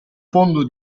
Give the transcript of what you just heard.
fondo